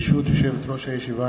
ברשות יושבת-ראש הישיבה,